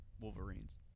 Wolverines